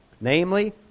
Namely